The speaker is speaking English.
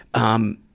um,